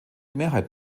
mehrheit